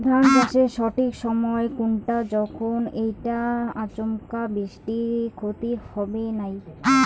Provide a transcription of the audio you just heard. ধান চাষের সঠিক সময় কুনটা যখন এইটা আচমকা বৃষ্টিত ক্ষতি হবে নাই?